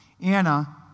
Anna